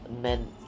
men